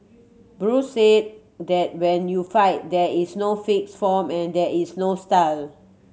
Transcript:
Bruce said that when you fight there is no fixed form and there is no style